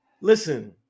Listen